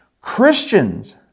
Christians